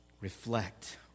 reflect